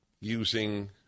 using